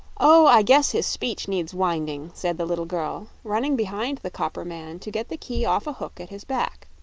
oh, i guess his speech needs winding! said the little girl, running behind the copper man to get the key off a hook at his back.